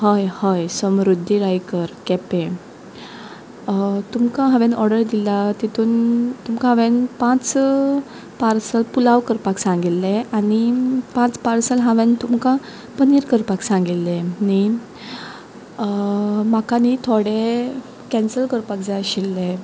हय हय समृद्धी रायकर केपेंम तुमकां हांवेंन ऑर्डर दिल्या तितून तुमकां हांवेंन पांच पार्सल पुलांव करपाक सांगिल्लें आनी पांच पार्सल हांवेंन तुमकां पनीर करपाक सांगिल्लें न्ही म्हाका न्ही थोडें कँसल करपाक जाय आशिल्लें